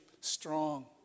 strong